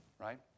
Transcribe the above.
Right